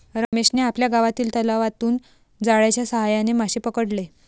रमेशने आपल्या गावातील तलावातून जाळ्याच्या साहाय्याने मासे पकडले